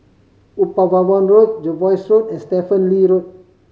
Upavon Road Jervois Close and Stephen Lee Road